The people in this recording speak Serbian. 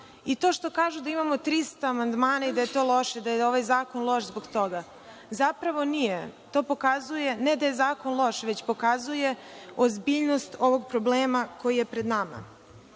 To što kažu da imamo 300 amandmana i da je to loše, da je ovaj zakon loš zbog toga, zapravo nije. To pokazuje ne da je zakon loš, već pokazuje ozbiljnost ovog problema koji je pred nama. Svako